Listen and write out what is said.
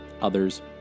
others